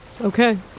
Okay